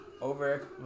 Over